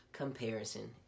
comparison